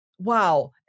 Wow